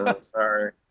Sorry